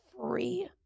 free